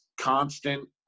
constant